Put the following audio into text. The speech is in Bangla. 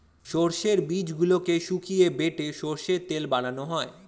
সর্ষের বীজগুলোকে শুকিয়ে বেটে সর্ষের তেল বানানো হয়